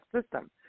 System